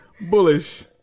Bullish